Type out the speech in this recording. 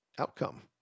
outcome